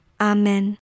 Amen